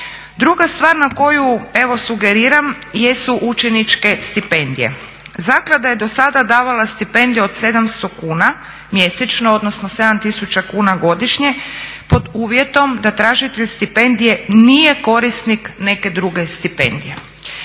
Druga stvar na koju evo sugeriram jesu učeničke stipendije. Zaklada je do sada davala stipendije od 700 kuna mjesečno, odnosno 7 tisuća kuna godišnje pod uvjetom da tražitelj stipendije nije korisnik neke druge stipendije.